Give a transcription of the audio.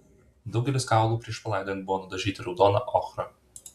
daugelis kaulų prieš palaidojant buvo nudažyti raudona ochra